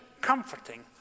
comforting